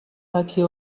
hockey